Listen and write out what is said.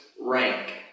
rank